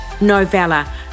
novella